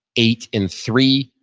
eight and three.